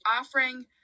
offering